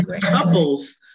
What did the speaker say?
couples